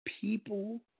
people